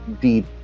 deep